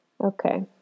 okay